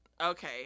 okay